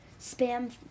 spam